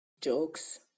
jokes